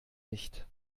nicht